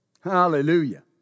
Hallelujah